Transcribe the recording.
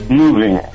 moving